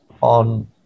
on